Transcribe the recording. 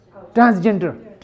transgender